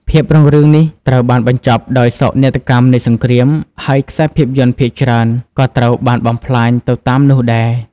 ភាពរុងរឿងនេះត្រូវបានបញ្ចប់ដោយសោកនាដកម្មនៃសង្គ្រាម ហើយខ្សែភាពយន្តភាគច្រើនក៏ត្រូវបានបំផ្លាញទៅតាមនោះដែរ។